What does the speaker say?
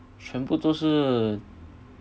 全部都是